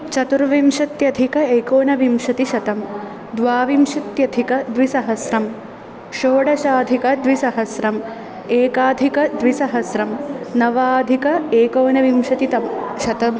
चतुर्विंशत्यधिक एकोनविंशतिशतं द्वाविंशत्यधिकद्विसहस्रं षोडशाधिकद्विसहस्रम् एकाधिकद्विसहस्रं नवाधिक एकोनविंशतितमशतम्